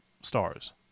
stars